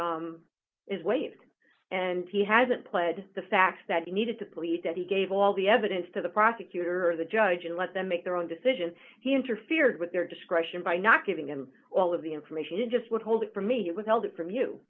counsel is waived and he hasn't played the fact that he needed to plead that he gave all the evidence to the prosecutor or the judge and let them make their own decision he interfered with their discretion by not giving him all of the information he just would hold for me he was held from you